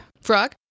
frog